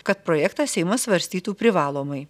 kad projektą seimas svarstytų privalomai